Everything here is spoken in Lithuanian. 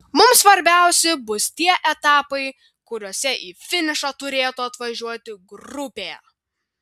mums svarbiausi bus tie etapai kuriuose į finišą turėtų atvažiuoti grupė